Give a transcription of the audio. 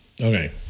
Okay